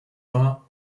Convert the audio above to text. war